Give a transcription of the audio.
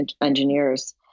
engineers